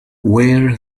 where